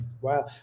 Wow